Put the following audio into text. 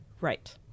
Right